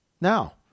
Now